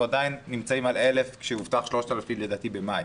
עדיין נמצאים על 1,000 כאשר הובטח שיהיו 3,000 כבר בחודש מאי.